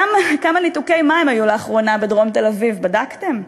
כמה ניתוקי מים היו לאחרונה בדרום תל-אביב, בדקתם?